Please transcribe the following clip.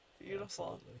beautiful